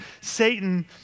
Satan